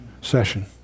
session